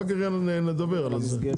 אחר כך נדבר על זה.